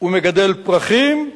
ומגדל פרחים,